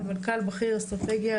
סמנכ"ל בכיר אסטרטגיה,